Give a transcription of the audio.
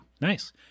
Nice